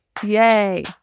Yay